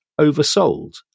oversold